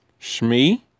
Shmi